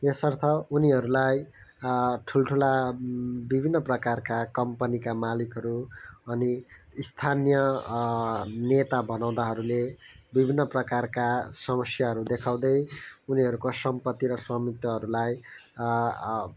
यसर्थ उनीहरूलाई ठुल्ठुला विभिन्न प्रकारका कम्पनीका मालिकहरू अनि स्थानीय नेता भनौँदाहरूले विभिन्न प्रकारका समस्याहरू देखाउँदै उनीहरूको सम्पत्ति र स्वामित्वहरूलाई